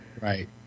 Right